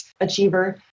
achiever